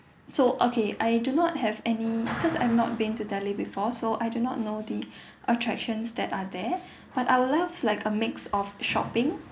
so okay I do not have any cause I'm not been to delhi before so I do not know the attractions that are there but I would love like a mix of shopping